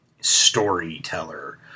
storyteller